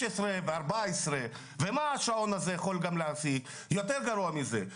14 ו-16 שעות השעון הזה יכול להוציא גם גרוע מזה,